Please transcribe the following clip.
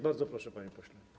Bardzo proszę, panie pośle.